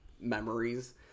memories